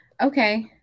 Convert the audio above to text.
Okay